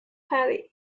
paddy